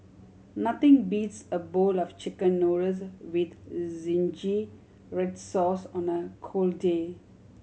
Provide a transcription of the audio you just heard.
nothing beats a bowl of Chicken Noodles with zingy red sauce on a cold day